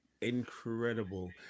incredible